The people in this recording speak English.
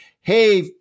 hey